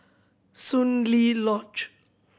Soon Lee Lodge